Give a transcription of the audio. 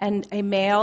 and a male